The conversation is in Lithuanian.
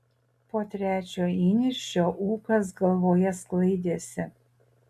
po trečio įniršio ūkas galvoje sklaidėsi